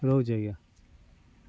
ରହୁଛି ଆଜ୍ଞା